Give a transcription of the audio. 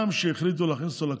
זה לא יכול להימשך בצורה הזו.